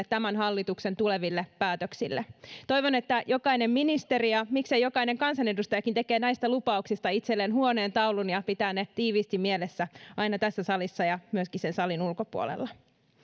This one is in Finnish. tämän hallituksen tuleville päätöksille toivon että jokainen ministeri ja miksei jokainen kansanedustajakin tekee näistä lupauksista itselleen huoneentaulun ja pitää ne tiiviisti mielessä aina tässä salissa ja myöskin salin ulkopuolella